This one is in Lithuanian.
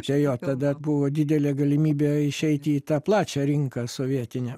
čia jo tada buvo didelė galimybė išeiti į tą plačią rinką sovietinę